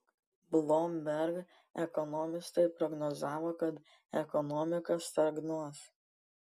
bloomberg ekonomistai prognozavo kad ekonomika stagnuos